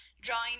drawing